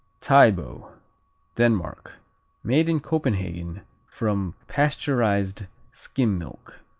tybo denmark made in copenhagen from pasteurized skim milk.